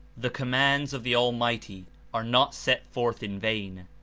the commands of the almighty are not sent forth in vain.